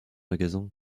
magasin